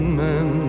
men